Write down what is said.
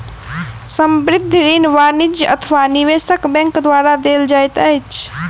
संबंद्ध ऋण वाणिज्य अथवा निवेशक बैंक द्वारा देल जाइत अछि